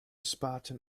spartan